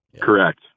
Correct